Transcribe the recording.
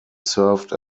served